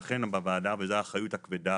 ולכן הוועדה, וזו האחריות הכבדה,